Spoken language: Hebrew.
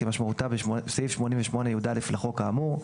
כמשמעותה בסעיף 88יא לחוק האמור,